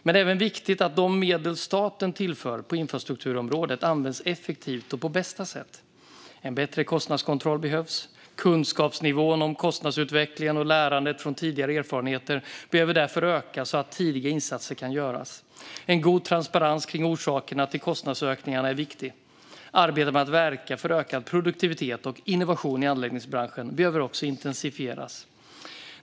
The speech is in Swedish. Men det är även viktigt att de medel staten tillför på infrastrukturområdet används effektivt och på bästa sätt. En bättre kostnadskontroll behövs. Kunskapsnivån när det gäller kostnadsutvecklingen och lärandet från tidigare erfarenheter behöver därför öka så att tidiga insatser kan göras. En god transparens kring orsakerna till kostnadsökningar är viktig. Arbetet med att verka för ökad produktivitet och innovation i anläggningsbranschen behöver också intensifieras.